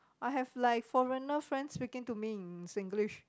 I have like foreigner friends speaking to me in Singlish